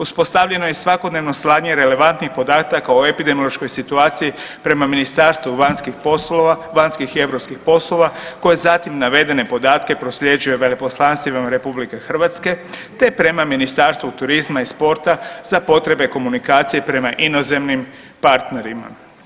Uspostavljeno je svakodnevno slanje relevantnih podataka o epidemiološkoj situaciji prema Ministarstvu vanjskih poslova, vanjskih i europskih poslova koje zatim navedene podatke prosljeđuje veleposlanstvima RH te prema Ministarstvu turizma i sporta za potrebe komunikacije prema inozemnim partnerima.